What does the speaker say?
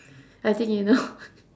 I think you know